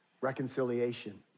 reconciliation